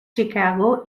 chicago